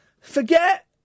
Forget